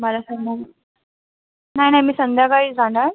मला सांग मग नाही नाही मी संध्याकाळी जाणार